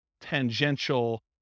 tangential